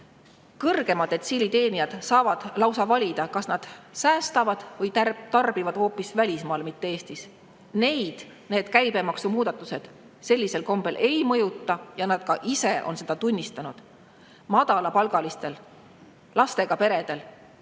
[sissetuleku]detsiili teenijad saavad lausa valida, kas nad säästavad või tarbivad hoopis välismaal, mitte Eestis. Neid käibemaksumuudatused sellisel kombel ei mõjuta ja nad on ka ise seda tunnistanud. Madalapalgalistel, lastega peredel,